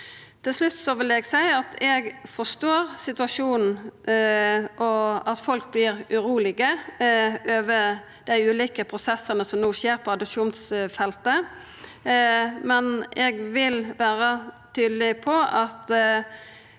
Til slutt vil eg seia at eg forstår situasjonen og at folk vert urolege over dei ulike prosessane som no skjer på adopsjonsfeltet, men eg vil vera tydeleg på at